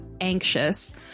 anxious